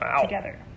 together